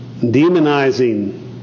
Demonizing